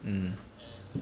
mm